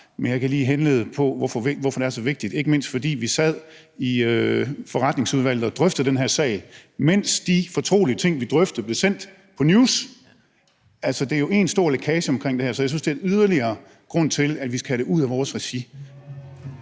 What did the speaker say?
men jeg kan lige pege på, hvorfor det er så vigtigt. Vi sad i forretningsudvalget og drøftede den her sag, mens de fortrolige ting, vi drøftede, blev sendt på News. Der er jo en stor lækage omkring det, så jeg synes, det er en yderligere grund til, at vi skal have det ud af vores regi.